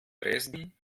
dresden